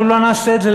אנחנו לא נעשה את זה.